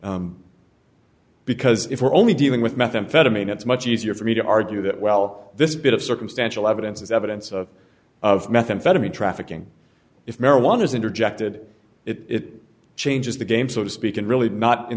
conduct because if we're only dealing with methamphetamine it's much easier for me to argue that well this bit of circumstantial evidence is evidence of of methamphetamine trafficking if marijuana is interjected it changes the game so to speak and really not in